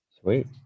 Sweet